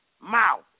mouth